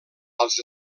als